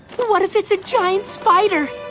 what if it's a giant spider?